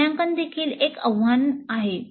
मूल्यांकन देखील एक आव्हान आहे